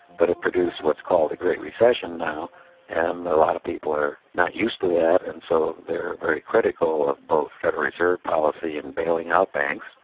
but it produced what's called a great recession now and a lot of people are not used to that and so they're very critical of both federal reserve policy in bailing out banks,